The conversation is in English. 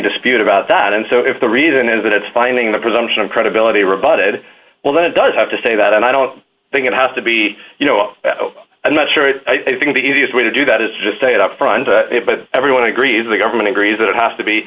dispute about that and so if the reason is that it's finding the presumption of credibility rebutted well then it does have to say that and i don't think it has to be you know i'm not sure it's i think the easiest way to do that is just say it up front but everyone agrees the government agrees that it has to be